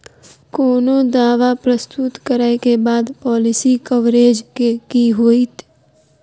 कोनो दावा प्रस्तुत करै केँ बाद पॉलिसी कवरेज केँ की होइत?